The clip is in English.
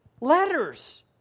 letters